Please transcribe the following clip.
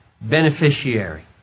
beneficiary